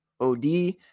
O'D